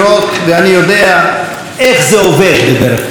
ואני יודע איך זה עובד בדרך כלל.